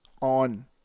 on